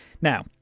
Now